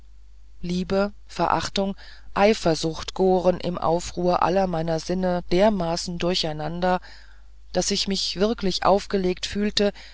liebe verachtung eifersucht goren im aufruhr aller meiner sinne dermaßen durcheinander daß ich mich wirklich aufgelegt fühlte